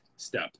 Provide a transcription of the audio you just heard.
step